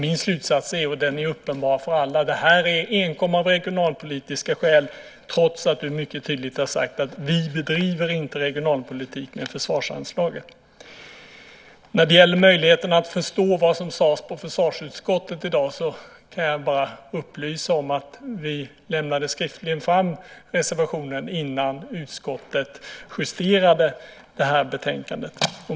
Min slutsats är, som är uppenbar för alla: Det här är enkom av regionalpolitiska skäl, trots att du mycket tydligt har sagt att "vi bedriver inte regionalpolitik med försvarsanslaget". När det gäller möjligheten att förstå vad som sades i försvarsutskottet i dag kan jag bara upplysa om att vi lämnade skriftligen fram reservationen innan utskottet justerade betänkandet.